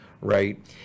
right